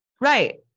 Right